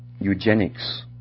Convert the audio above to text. eugenics